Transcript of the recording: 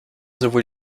sowohl